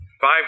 Five